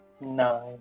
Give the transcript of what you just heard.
Nine